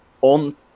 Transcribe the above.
on